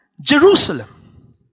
Jerusalem